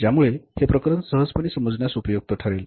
ज्यामुळे हे प्रकरण सहजपणे समजण्यास उपयुक्त ठरेल